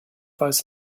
weiß